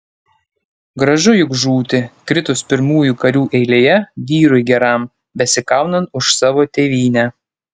gražu juk žūti kritus pirmųjų karių eilėje vyrui geram besikaunant už savo tėvynę